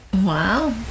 wow